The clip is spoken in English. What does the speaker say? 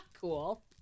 Cool